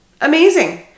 amazing